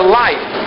life